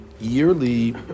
yearly